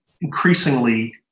increasingly